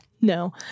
No